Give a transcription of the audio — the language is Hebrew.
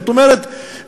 זאת אומרת,